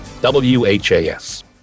W-H-A-S